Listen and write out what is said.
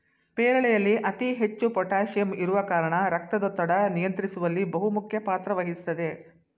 ಪೇರಳೆಯಲ್ಲಿ ಅತಿ ಹೆಚ್ಚು ಪೋಟಾಸಿಯಂ ಇರುವ ಕಾರಣ ರಕ್ತದೊತ್ತಡ ನಿಯಂತ್ರಿಸುವಲ್ಲಿ ಬಹುಮುಖ್ಯ ಪಾತ್ರ ವಹಿಸ್ತದೆ